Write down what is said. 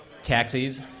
Taxis